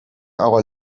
hour